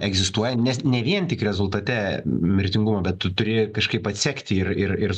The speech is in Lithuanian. egzistuoja ne ne vien tik rezultate mirtingumo bet tu turi kažkaip atsekti ir ir ir